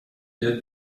did